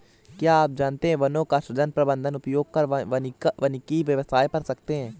क्या आप जानते है वनों का सृजन, प्रबन्धन, उपयोग कर वानिकी व्यवसाय कर सकते है?